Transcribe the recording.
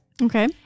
Okay